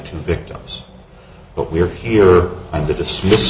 by the victims but we're here and the dismiss